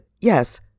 yes